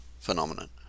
phenomenon